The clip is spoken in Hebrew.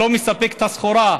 לא מספק את הסחורה,